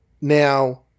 Now